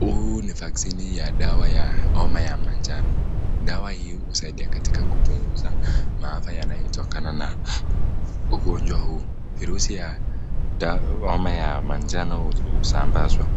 Huu ni vaksini ya dawa ya homa ya manjano. Dawa hii husaidiya kupunguza maafa yanayotokana na ugonjwa huu. Virusi ya homa ya manjano husambazwa.